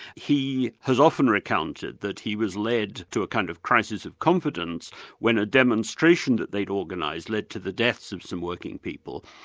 he has often recounted that he was led to a kind of crisis of confidence when a demonstration that they'd organised led to the deaths of some working people,